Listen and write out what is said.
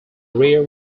rear